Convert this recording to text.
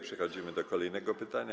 Przechodzimy do kolejnego pytania.